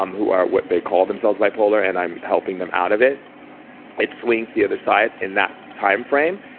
um who are what they call themselves bipolar. and i'm helping them out of it it swings the other side in that time frame.